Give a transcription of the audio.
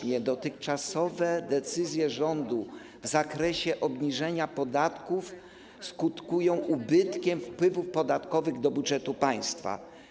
Jakim dotychczasowe decyzje rządu w zakresie obniżenia podatków skutkują łącznym ubytkiem wpływów podatkowych do budżetu państwa?